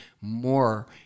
more